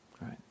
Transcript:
right